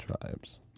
Tribes